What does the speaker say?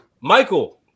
Michael